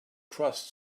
trust